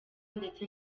ndetse